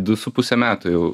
du su puse metų jau